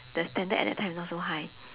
the standard at that time is not so high